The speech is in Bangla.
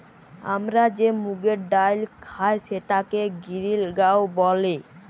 আমরা যে মুগের ডাইল খাই সেটাকে গিরিল গাঁও ব্যলে